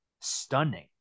stunning